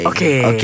Okay